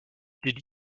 did